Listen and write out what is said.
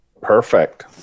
perfect